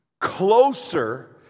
closer